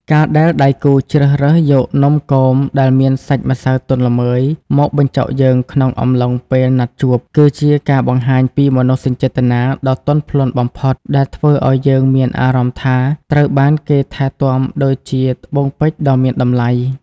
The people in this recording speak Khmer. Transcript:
ការដែលដៃគូជ្រើសរើសយកនំគមដែលមានសាច់ម្សៅទន់ល្មើយមកបញ្ចុកយើងក្នុងអំឡុងពេលណាត់ជួប គឺជាការបង្ហាញពីមនោសញ្ចេតនាដ៏ទន់ភ្លន់បំផុត ដែលធ្វើឱ្យយើងមានអារម្មណ៍ថាត្រូវបានគេថែទាំដូចជាត្បូងពេជ្រដ៏មានតម្លៃ។